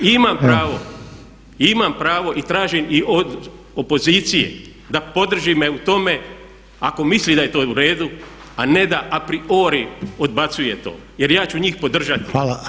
Imam pravo, imam pravo i tražim i od opozicije da podrži me u tome ako misli da je to u redu a ne da apriori odbacuje to jer ja ću njih podržati.